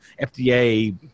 FDA